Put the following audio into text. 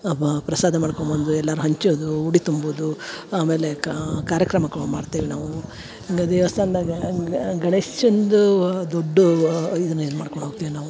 ಹಬ್ಬ ಪ್ರಸಾದ ಮಾಡ್ಕೊ ಬಂದು ಎಲ್ಲಾರ ಹಂಚೋದು ಉಡಿ ತುಂಬುದು ಆಮೇಲೆ ಕಾರ್ಯಕ್ರಮಗಳ ಮಾಡ್ತೇವೆ ನಾವು ಹಂಗ ದೇವಸ್ಥಾನ್ದಾಗ ಹಂಗ ಅ ಗಣೇಶಂದು ದೊಡ್ದು ವ ಇದನ್ನ ಏನ್ ಮಾಡ್ಕೊಂಡು ಹೋಗ್ತೀವೆ ನಾವು